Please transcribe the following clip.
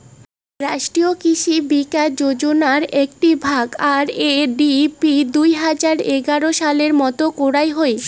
রাষ্ট্রীয় কৃষি বিকাশ যোজনার আকটি ভাগ, আর.এ.ডি.পি দুই হাজার এগার সালে মত করং হই